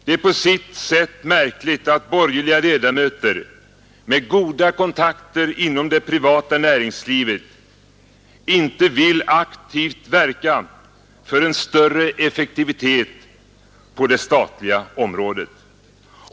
Det är på sitt sätt märkligt att borgerliga ledamöter med goda kontakter inom det privata näringslivet inte vill aktivt verka för en större effektivitet på det statliga området.